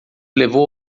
levou